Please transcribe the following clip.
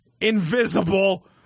invisible